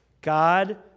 God